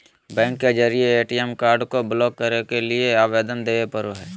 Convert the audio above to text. bank के जरिए ATM card को ब्लॉक करे के लिए आवेदन देबे पड़ो हइ